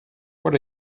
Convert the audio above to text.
what